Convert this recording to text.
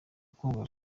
ukundwa